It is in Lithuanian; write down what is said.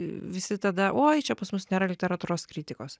visi tada oi čia pas mus nėra literatūros kritikos